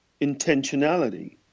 intentionality